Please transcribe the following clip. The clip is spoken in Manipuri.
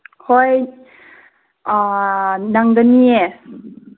ꯍꯣꯏ ꯅꯪꯒꯅꯤꯑꯦ